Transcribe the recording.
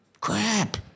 crap